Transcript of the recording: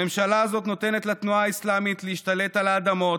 הממשלה הזאת נותנת לתנועה האסלאמית להשתלט על האדמות,